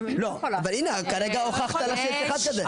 אבל הינה, כרגע הוכחת לה שיש אחד כזה.